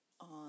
on